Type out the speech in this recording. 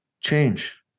change